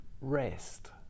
rest